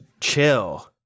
chill